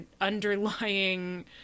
underlying